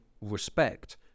respect